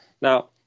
Now